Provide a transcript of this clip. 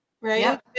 right